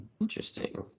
Interesting